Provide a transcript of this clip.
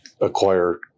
acquire